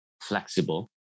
flexible